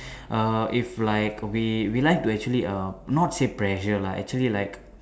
err if like we we like to actually err not say pressure lah actually like